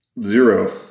Zero